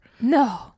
No